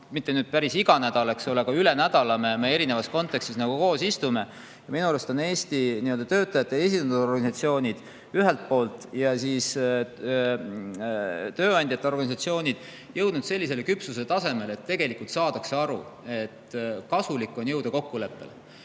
mitte nüüd päris iga nädal, aga üle nädala erinevas kontekstis koos istume. Ja minu arust on Eesti töötajate esindusorganisatsioonid ja tööandjate organisatsioonid jõudnud sellisele küpsuse tasemele, et tegelikult saadakse aru, et kasulik on jõuda kokkuleppele.